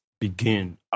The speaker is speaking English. begin